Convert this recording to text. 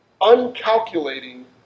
uncalculating